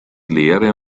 lehre